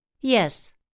Yes